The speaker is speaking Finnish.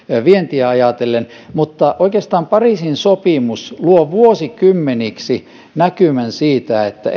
vientiä ajatellen mutta oikeastaan pariisin sopimus luo vuosikymmeniksi näkymän siitä että